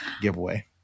giveaway